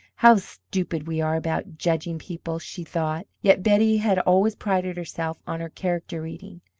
how stupid we are about judging people! she thought. yet betty had always prided herself on her character-reading.